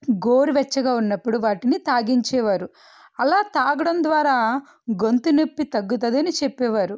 గోరువెచ్చగా ఉన్నప్పుడు వాటిని తాగించేవారు అలా తాగడం ద్వారా గొంతు నొప్పి తగ్గుతుందని చెప్పేవారు